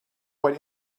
what